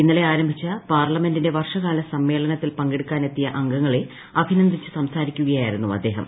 ഇന്നുള്ളി ആരംഭിച്ച പാർലമെന്റിന്റെ വർഷകാല സമ്മേളനത്തിൽ പങ്കെടൂക്കാനാനെത്തിയ അംഗങ്ങളെ അഭിനന്ദിച്ച് സംസാരിക്കുകയായിരുന്നു അദ്ദേഹം